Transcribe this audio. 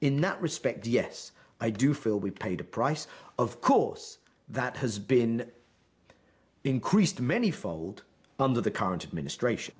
in that respect yes i do feel we paid a price of course that has been increased many fold under the current administration